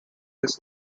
his